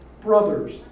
Brothers